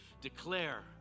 Declare